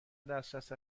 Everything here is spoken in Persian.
دسترس